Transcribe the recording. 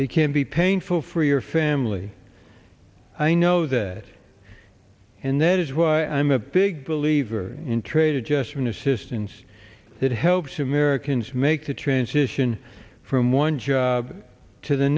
it can be painful for your family i know that and that is why i'm a big believer in trade adjustment assistance that helps americans make the transition from one job to the